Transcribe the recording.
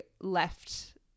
left